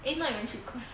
eh not even three course